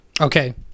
Okay